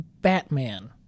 Batman